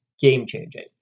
game-changing